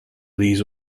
these